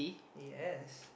yes